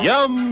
Yum